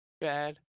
Bad